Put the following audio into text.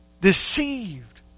Deceived